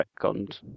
retconned